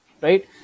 right